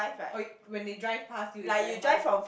orh you when they drive past you is very fast ah